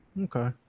okay